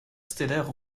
stellaire